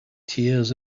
tears